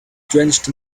drenched